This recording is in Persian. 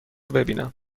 ببینم